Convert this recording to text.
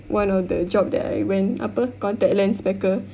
one of the job that I went apa contact lens packer